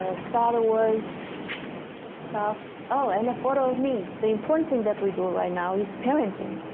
ah star wars stuff, oh, and a photo of me. the important thing that we do right now is parenting.